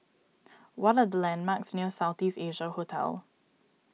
what are the landmarks near South East Asia Hotel